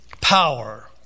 power